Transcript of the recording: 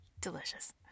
Delicious